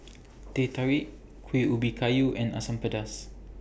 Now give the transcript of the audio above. Teh Tarik Kuih Ubi Kayu and Asam Pedas